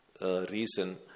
reason